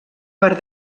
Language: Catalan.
per